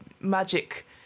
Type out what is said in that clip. magic